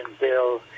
bill